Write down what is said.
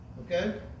Okay